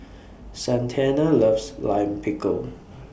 Santana loves Lime Pickle